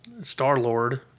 Star-Lord